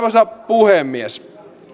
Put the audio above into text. puhemies hallitus ei